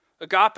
Agape